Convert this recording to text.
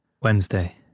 Wednesday